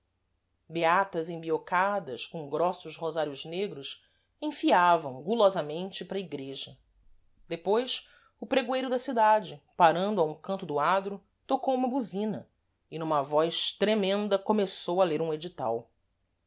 beatas embiocadas com grossos rosários negros enfiavam gulosamente para a igreja depois o pregoeiro da cidade parando a um canto do adro tocou uma buzina e numa voz tremenda começou a ler um edital